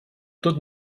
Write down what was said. tot